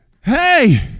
hey